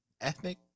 Ethnic